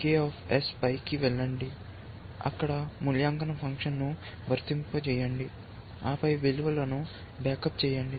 K పైకి వెళ్లండి అక్కడ మూల్యాంకన ఫంక్షన్ను వర్తింపజేయండి ఆపై విలువలను బ్యాకప్ చేయండి